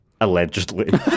Allegedly